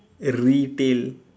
retail